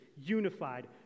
unified